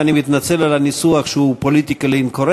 ואני מתנצל על הניסוח שהוא פוליטיקלי-קורקט,